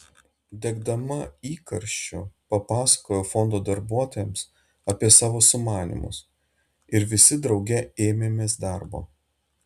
degdama įkarščiu papasakojau fondo darbuotojams apie savo sumanymus ir visi drauge ėmėmės darbo